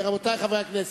רבותי חברי הכנסת,